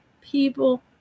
people